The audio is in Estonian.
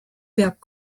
peab